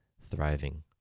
thriving